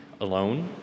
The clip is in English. alone